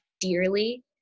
dearly